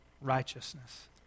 Righteousness